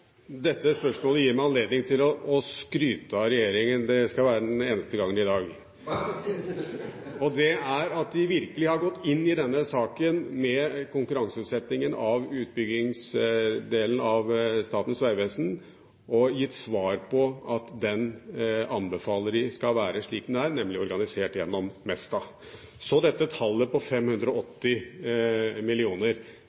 Dette spørsmålet gir meg anledning til å skryte av regjeringen – det skal være den eneste gangen i dag – og det er fordi de har gått inn i denne saken om konkurranseutsettingen av utbyggingsdelen av Statens vegvesen og gitt det svar at den anbefaler de skal være slik den er, nemlig organisert gjennom Mesta. Så dette tallet på